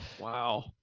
Wow